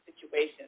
situation